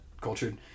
cultured